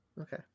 okay